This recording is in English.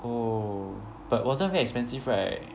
oh but wasn't very expensive right